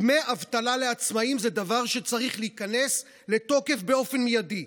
דמי אבטלה לעצמאים זה דבר שצריך להיכנס לתוקף באופן מיידי.